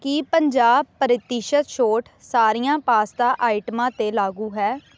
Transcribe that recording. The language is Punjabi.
ਕੀ ਪੰਜਾਹ ਪ੍ਰਤੀਸ਼ਤ ਛੋਟ ਸਾਰੀਆਂ ਪਾਸਤਾ ਆਈਟਮਾਂ 'ਤੇ ਲਾਗੂ ਹੈ